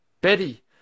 Betty